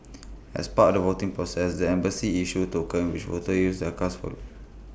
as part of the voting process the embassy issues tokens which voters use A cast votes